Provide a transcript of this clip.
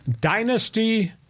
Dynasty